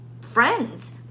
friends